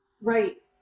Right